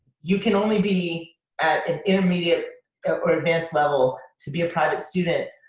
you can only be at an intermediate or advanced level to be a private student,